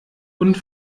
und